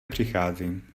přichází